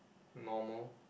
normal